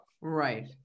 Right